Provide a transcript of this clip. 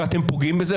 ואתם פוגעים בזה.